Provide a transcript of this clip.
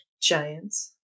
giants